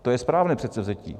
To je správné předsevzetí.